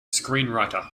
screenwriter